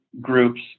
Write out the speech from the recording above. groups